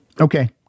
Okay